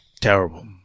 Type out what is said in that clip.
Terrible